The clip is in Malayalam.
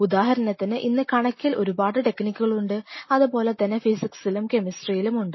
ഉദാഹരണത്തിന് ഇന്ന് കണക്കിൽ ഒരുപാട് ടെക്നിക്കുകൾ ഉണ്ട് അതുപോലെ തന്നെ ഫിസിക്സിലും കെമിസ്ട്രിയിലും ഉണ്ട്